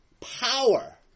power